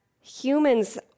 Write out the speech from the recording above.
humans